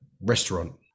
restaurant